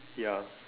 ya